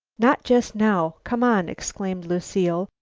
not just now come on, exclaimed lucile,